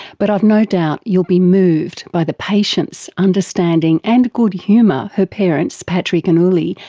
but i've no doubt you'll be moved by the patience, understanding and good humour her parents, patrick and ullie,